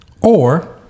Or-